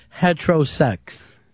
heterosex